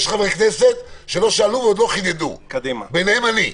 יש חברי כנסת שעדיין לא דיברו, ביניהם אני.